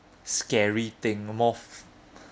scary thing more f~